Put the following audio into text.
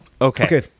Okay